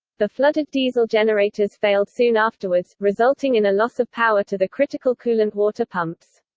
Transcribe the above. the flooded diesel generators failed soon afterwards, resulting in a loss of power to the critical coolant water pumps.